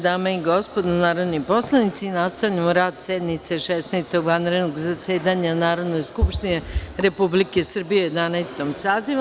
dame i gospodo narodni poslanici, nastavljamo rad sednice Šesnaestog vanrednog zasedanja Narodne skupštine Republike Srbije u Jedanaestom sazivu.